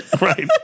Right